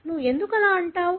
నువ్వు ఎందుకు అలా అంటావు